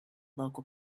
local